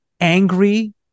angry